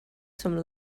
some